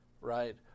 right